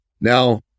Now